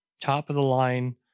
top-of-the-line